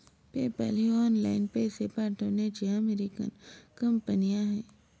PayPal ही online पैसे पाठवण्याची अमेरिकन कंपनी आहे